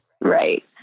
Right